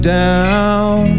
down